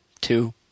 Two